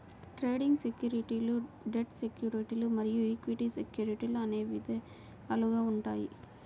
trading సెక్యూరిటీలు debt సెక్యూరిటీలు మరియు ఈక్విటీ సెక్యూరిటీలు అని విధాలుగా ఉంటాయి